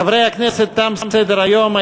חברי הכנסת, תם סדר-היום.